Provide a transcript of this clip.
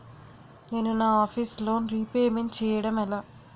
నేను నా office loan repayment చేయడం ఎలా?